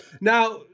Now